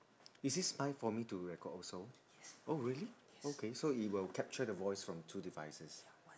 is this mic for me to record also oh really okay so it will capture the voice from two devices